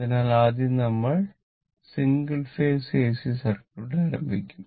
അതിനാൽ ആദ്യം നമ്മൾ സിംഗിൾ ഫേസ് എസി സർക്യൂട്ട് ആരംഭിക്കും